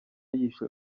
yishe